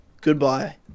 goodbye